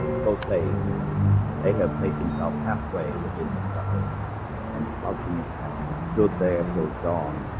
so say they have placed himself halfway scuffle and slouching his hand stood there so dawn